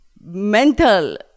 mental